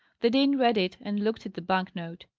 the dean read it, and looked at the bank-note.